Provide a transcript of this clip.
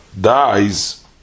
dies